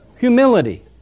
humility